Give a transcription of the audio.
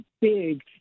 big